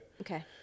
Okay